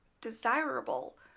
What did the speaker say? desirable